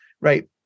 right